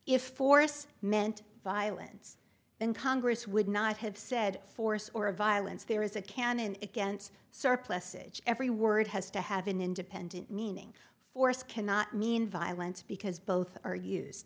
if force meant violence and congress would not have said force or of violence there is a canon against surplusage every word has to have an independent meaning force cannot mean violence because both ar